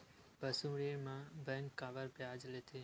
पशु ऋण म बैंक काबर ब्याज लेथे?